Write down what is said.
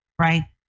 right